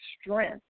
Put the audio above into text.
strength